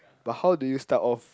but how did you to start off